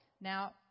Now